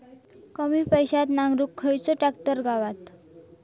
कमी पैशात नांगरुक खयचो ट्रॅक्टर गावात?